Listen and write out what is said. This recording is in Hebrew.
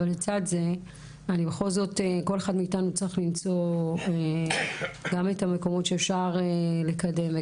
אבל כל אחד צריך למצוא גם את המקומות שאפשר לקדם,